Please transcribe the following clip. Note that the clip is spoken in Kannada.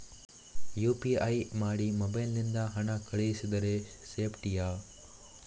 ಯು.ಪಿ.ಐ ಮಾಡಿ ಮೊಬೈಲ್ ನಿಂದ ಹಣ ಕಳಿಸಿದರೆ ಸೇಪ್ಟಿಯಾ?